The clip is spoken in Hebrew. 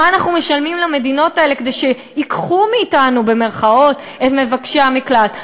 מה אנחנו משלמים למדינות האלה כדי ש"ייקחו" מאתנו את מבקשי המקלט?